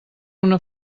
una